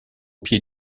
pied